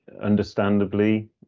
understandably